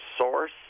source